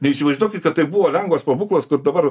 neįsivaizduokit kad tai buvo lengvas pabūklas kur dabar